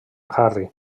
harry